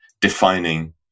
defining